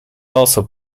also